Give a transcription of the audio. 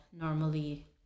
normally